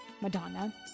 madonna